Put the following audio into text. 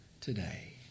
today